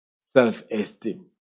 self-esteem